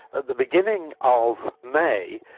at the beginning of may,